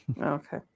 Okay